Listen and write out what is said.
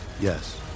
Yes